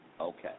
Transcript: Okay